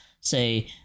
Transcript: say